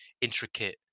intricate